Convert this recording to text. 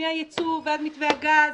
מהייצוא ועד מתווה הגז,